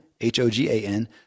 H-O-G-A-N